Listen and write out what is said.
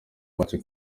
make